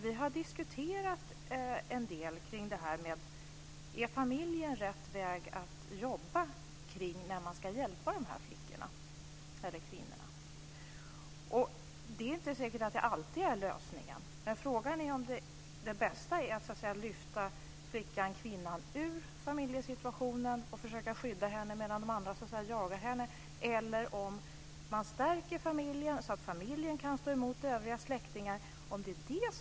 Vi har diskuterat en del om familjen är rätt väg att jobba när man ska hjälpa dessa flickor och kvinnor. Det är inte säkert att det alltid är lösningen. Frågan är om det bästa är att lyfta flickan ur familjesituationen och försöka skydda henne medan de andra jagar henne, eller om det bästa sättet är att stärka familjen så att familjen kan stå emot övriga släktingar.